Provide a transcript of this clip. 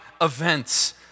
events